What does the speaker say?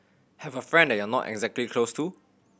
have a friend that you're not exactly close to